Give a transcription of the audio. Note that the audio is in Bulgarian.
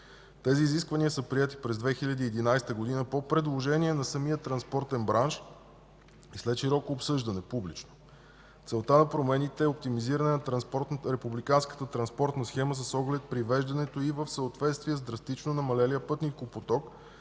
Тези изисквания са приети през 2011 г. по предложение на самия транспортен бранш след широко публично обсъждане. Целта на промените е оптимизиране на републиканската транспортна схема с оглед привеждането й в съответствие с драстично намалелия пътникопоток,